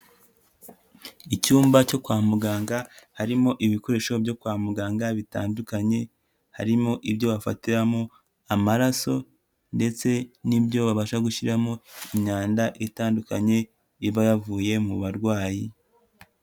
Icyumba cyo kwa muganga harimo ibikoresho byo kwa muganga bitandukanye. Harimo ibyo bafatiramo amaraso ndetse n'ibyo babasha gushyiramo imyanda itandukanye iba yavuye mu barwayi.